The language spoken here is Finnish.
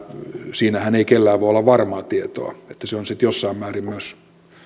siinähän ei kenelläkään voi olla varmaa tietoa eli se on sitten jossain määrin myös